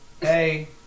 hey